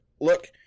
look